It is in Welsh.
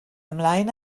ymlaen